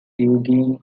eugene